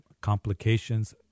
complications